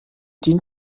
dient